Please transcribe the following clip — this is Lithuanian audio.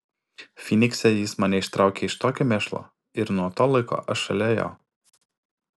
fynikse jis mane ištraukė iš tokio mėšlo ir nuo to laiko aš šalia jo